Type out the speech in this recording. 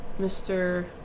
Mr